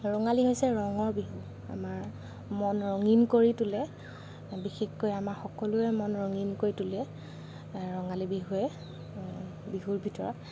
ৰঙালী হৈছে ৰঙৰ বিহু আমাৰ মন ৰঙীণ কৰি তোলে বিশেষকৈ আমাৰ সকলোৰে মন ৰঙীণ কৰি তোলে ৰঙালী বিহুৱে বিহুৰ ভিতৰত